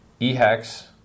eHex